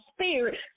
spirit